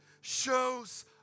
shows